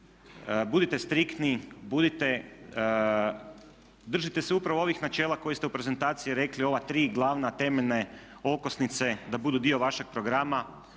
budite striktni, držite se upravo ovih načela koje ste u prezentaciji rekli ova tri glavne, temeljne okosnice da budu dio vašeg programa.